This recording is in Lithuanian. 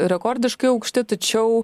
rekordiškai aukšti tačiau